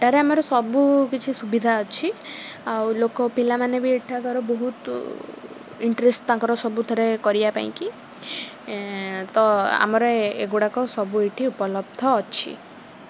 ଏଠାରେ ଆମର ସବୁ କିଛି ସୁବିଧା ଅଛି ଆଉ ଲୋକ ପିଲାମାନେ ବି ଏଠାକାର ବହୁତ ଇଣ୍ଟ୍ରେଷ୍ଟ୍ ତାଙ୍କର ସବୁଥରେ କରିବା ପାଇଁକି ତ ଆମର ଏଗୁଡ଼ାକ ସବୁ ଏଇଠି ଉପଲବ୍ଧ ଅଛି